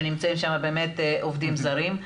שנמצאים שם באמת עובדים זרים.